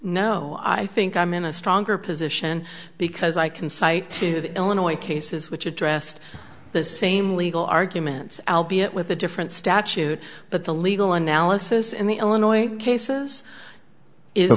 no i think i'm in a stronger position because i can cite two illinois cases which addressed the same legal arguments alvey it with a different statute but the legal analysis in the illinois cases is